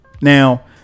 Now